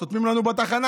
סותמים לנו בתחנה,